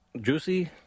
juicy